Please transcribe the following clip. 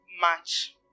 match